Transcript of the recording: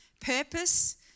Purpose